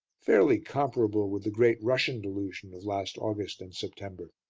fairly comparable with the great russian delusion of last august and september.